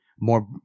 more